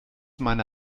meine